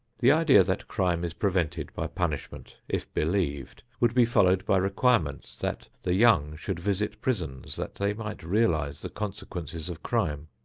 the idea that crime is prevented by punishment, if believed, would be followed by requirements that the young should visit prisons that they might realize the consequences of crime,